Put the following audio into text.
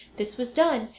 this was done,